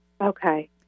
Okay